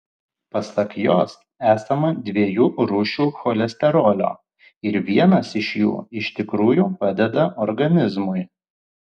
pasak jos esama dviejų rūšių cholesterolio ir vienas iš jų iš tikrųjų padeda organizmui